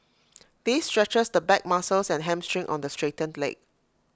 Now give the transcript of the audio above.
this stretches the back muscles and hamstring on the straightened leg